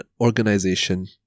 organization